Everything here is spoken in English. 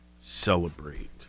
celebrate